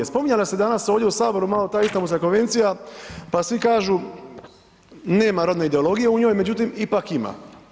Spominjala se danas ovdje u HS malo ta Istambulska konvencija, pa svi kažu nema rodne ideologije u njoj, međutim ipak ima.